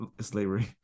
slavery